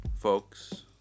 folks